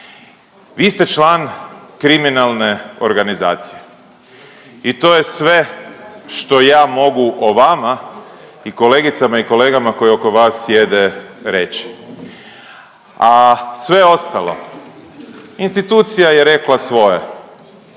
Vi ste član kriminalne organizacije i to je sve što ja mogu o vama i kolegicama i kolegama koji oko vas sjede reći. A sve ostalo, institucija je rekla svoje,